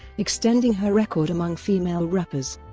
extending her record among female rappers.